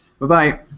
Bye-bye